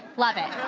love it.